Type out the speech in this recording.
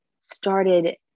started